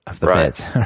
Right